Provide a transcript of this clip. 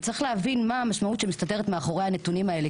וצריך להבין מה המשמעות שמסתתרת מאחורי הנתונים האלה,